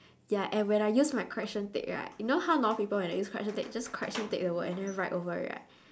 ya and when I use my correction tape right you know how normal people when they use correction tape just correction tape the word and write over it right